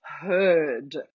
heard